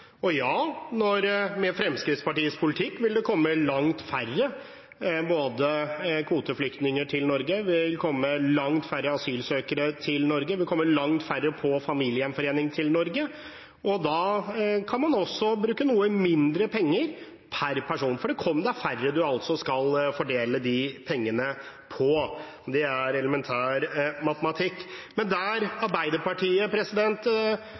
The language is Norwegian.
Med Fremskrittspartiets politikk vil det komme langt færre kvoteflyktninger til Norge. Det vil komme langt færre asylsøkere til Norge. Det vil komme langt færre på familiegjenforening til Norge. Da kan man bruke noe mindre penger per person fordi det kommer færre man skal fordele pengene på. Det er elementær matematikk. Men